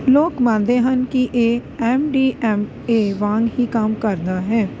ਲੋਕ ਮੰਨਦੇ ਹਨ ਕਿ ਇਹ ਐੱਮ ਡੀ ਐੱਮ ਏ ਵਾਂਗ ਹੀ ਕੰਮ ਕਰਦਾ ਹੈ